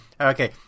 Okay